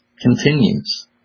continues